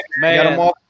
man